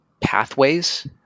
pathways